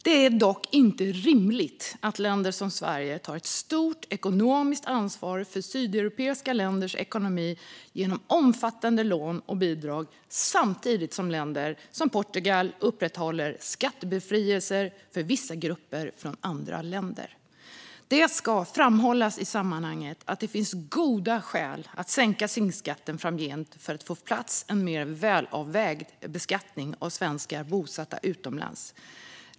Det är dock inte rimligt att länder som Sverige tar ett stort ekonomiskt ansvar för sydeuropeiska länders ekonomi genom omfattande lån och bidrag, samtidigt som länder som Portugal upprätthåller skattebefrielser för vissa grupper från andra länder. Det ska framhållas i sammanhanget att det finns goda skäl att sänka SINK-skatten framgent för att få på plats en mer välavvägd beskattning av svenskar som är bosatta utomlands.